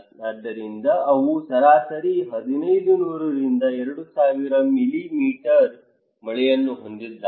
ಆದ್ದರಿಂದ ಅವು ಸರಾಸರಿ 1500 ರಿಂದ 2000 ಮಿಲಿಮೀಟರ್ ಮಳೆಯನ್ನು ಹೊಂದಿದ್ದಾರೆ